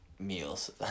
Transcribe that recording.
Meals